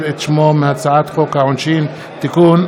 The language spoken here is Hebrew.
את שמה מהצעת חוק הביטוח הלאומי (תיקון,